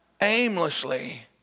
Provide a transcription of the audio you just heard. aimlessly